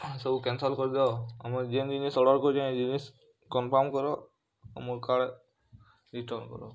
ସବୁ କ୍ୟାନ୍ସେଲ୍ କରି ଦବ ଆମର୍ ଯେନ୍ ଜିନିଷ୍ ଅର୍ଡ଼ର୍ କରିଛେ ସେ ଜିନିଷ୍ କନଫର୍ମ କର୍ ଆମର୍ ଘରେ ରିଟର୍ନ କର